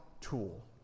tool